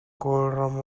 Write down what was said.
kawlram